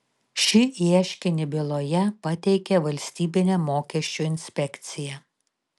šį ieškinį byloje pateikė valstybinė mokesčių inspekcija